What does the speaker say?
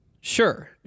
sure